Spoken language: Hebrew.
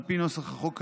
על פי נוסח החוק כיום,